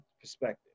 perspective